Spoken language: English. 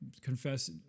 confess